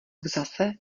zase